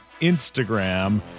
Instagram